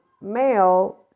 male